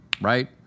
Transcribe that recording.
right